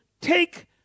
take